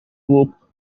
group